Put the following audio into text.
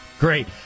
Great